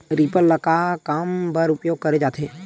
Reaper ल का काम बर उपयोग करे जाथे?